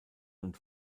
und